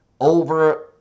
over